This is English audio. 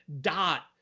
Dot